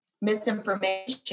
misinformation